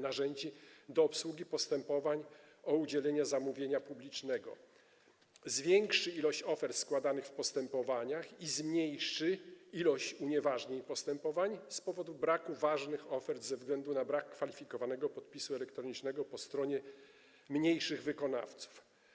narzędzi do obsługi postępowań o udzielenie zamówienia publicznego, zwiększy ilość ofert składanych w postępowaniach i zmniejszy ilość unieważnień postępowań z powodu braku ważnych ofert ze względu na brak kwalifikowanego podpisu elektronicznego po stronie mniejszych wykonawców.